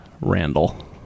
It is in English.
Randall